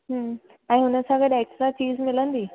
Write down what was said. हूं ऐं उन सां गॾु एक्स्ट्रा चीज मिलंदी